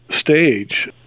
stage